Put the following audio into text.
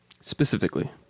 Specifically